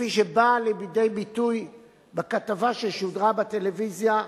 כפי שבאה לידי ביטוי בכתבה ששודרה בטלוויזיה,